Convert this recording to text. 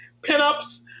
pinups